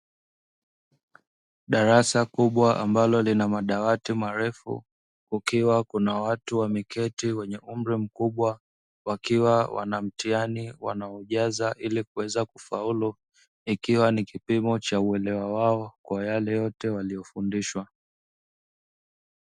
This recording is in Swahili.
Darasa kubwa ambalo lina madawati marefu kukiwa kuna watu wameketi wenye umri mkubwa wakiwa wana mtihani wanaojaza ili kuweza kufaulu ikiwa ni kipimo cha uelewa wao kwa yale yote waliofundishwa.